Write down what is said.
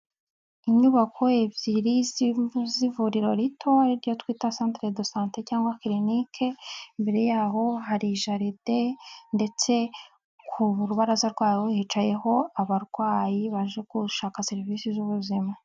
Inyubako ebyiri z'ivuriro rito ari iryo twita Santeredosante cyangwa se Kirinike, imbere y'aho hari jaride ndetse ku rubaraza rwaho hicayeho abarwayi baje gushaka serivisi z'ubuzima.